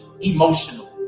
emotional